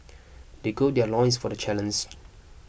they gird their loins for the challenge